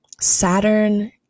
Saturn